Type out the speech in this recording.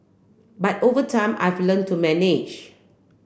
but over time I've learnt to manage